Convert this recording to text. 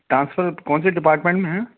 transfer कौन सी department में है